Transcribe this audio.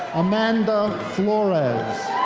amanda flores.